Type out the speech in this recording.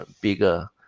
bigger